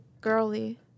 girly